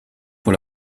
pour